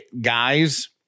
Guys